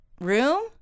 room